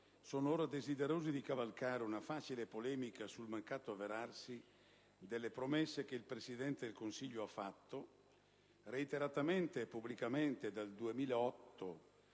sono ora desiderosi di cavalcare una facile polemica sul mancato avverarsi delle promesse che il Presidente del Consiglio ha fatto - reiteratamente e pubblicamente, dal 2008